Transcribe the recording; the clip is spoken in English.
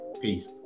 Peace